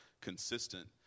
consistent